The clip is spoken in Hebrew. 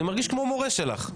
אני מרגיש כמו מורה שלך.